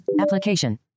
application